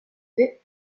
fait